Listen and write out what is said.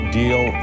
deal